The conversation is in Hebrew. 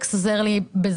אלכס עוזר לי,